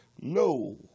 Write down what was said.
No